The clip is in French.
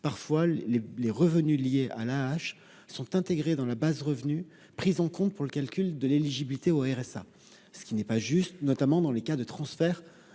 -, les revenus liés à l'AAH sont intégrés dans la base des revenus pris en compte pour le calcul de l'éligibilité au RSA, ce qui n'est pas juste, notamment dans les cas de transfert